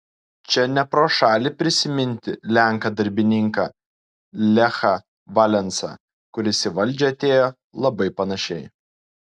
čia ne pro šalį prisiminti lenką darbininką lechą valensą kuris į valdžią atėjo labai panašiai